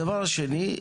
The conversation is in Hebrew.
הדבר השני,